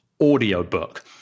audiobook